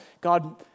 God